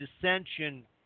dissension